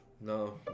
No